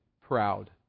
proud